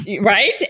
Right